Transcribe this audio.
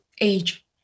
age